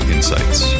Insights